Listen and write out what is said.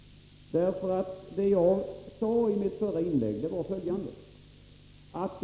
Vad jag sade i mitt förra inlägg var nämligen följande.